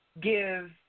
give